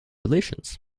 relations